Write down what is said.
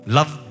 Love